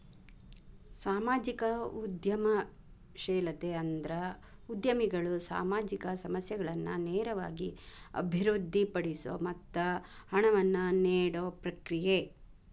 ಸಾಮಾಜಿಕ ಉದ್ಯಮಶೇಲತೆ ಅಂದ್ರ ಉದ್ಯಮಿಗಳು ಸಾಮಾಜಿಕ ಸಮಸ್ಯೆಗಳನ್ನ ನೇರವಾಗಿ ಅಭಿವೃದ್ಧಿಪಡಿಸೊ ಮತ್ತ ಹಣವನ್ನ ನೇಡೊ ಪ್ರಕ್ರಿಯೆ